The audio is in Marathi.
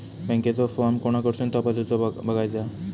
बँकेचो फार्म कोणाकडसून तपासूच बगायचा?